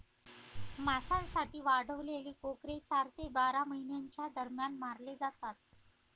मांसासाठी वाढवलेले कोकरे चार ते बारा महिन्यांच्या दरम्यान मारले जातात